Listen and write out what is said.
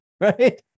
Right